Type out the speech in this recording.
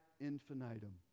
infinitum